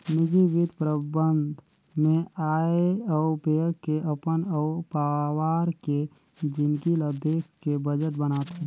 निजी बित्त परबंध मे आय अउ ब्यय के अपन अउ पावार के जिनगी ल देख के बजट बनाथे